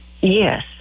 Yes